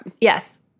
Yes